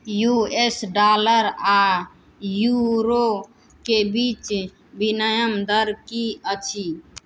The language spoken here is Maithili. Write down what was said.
यू एस डॉलर आओर यूरोके बीच विनिमय दर कि अछि